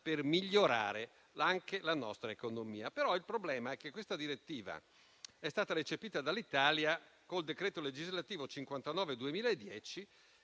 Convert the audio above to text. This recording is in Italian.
per migliorare anche la nostra economia. Il problema, però, è che questa direttiva è stata recepita dall'Italia col decreto legislativo n. 59